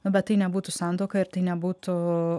bet tai nebūtų santuoka ir tai nebūtų